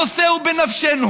הנושא הוא בנפשנו.